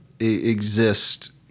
exist